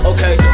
Okay